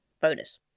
bonus